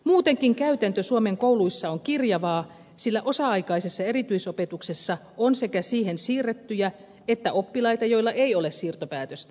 muutenkin käytäntö suomen kouluissa on kirjavaa sillä osa aikaisessa erityisopetuksessa on sekä siihen siirrettyjä että oppilaita joilla ei ole siirtopäätöstä